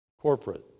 corporate